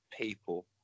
people